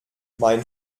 mein